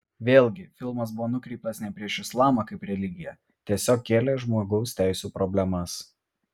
vėlgi filmas buvo nukreiptas ne prieš islamą kaip religiją tiesiog kėlė žmogaus teisių problemas